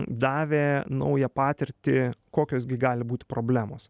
davė naują patirtį kokios gi gali būti problemos